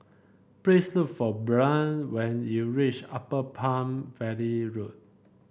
please look for Brandt when you reach Upper Palm Valley Road